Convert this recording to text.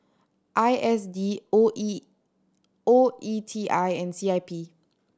I S D O E O E T I and C I P